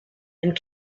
and